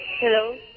Hello